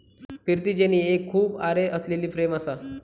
फिरती जेनी एक खूप आरे असलेली फ्रेम असा